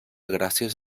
gràcies